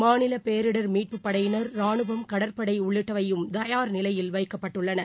மாநிலபேரிடர் மீட்பு படையினர் ரானுவம் கடற்படைஉள்ளிட்டவையும் தயார் நிலையில் வைக்கப்பட்டுள்ளன